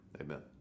Amen